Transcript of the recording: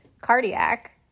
Cardiac